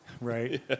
right